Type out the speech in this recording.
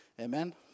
Amen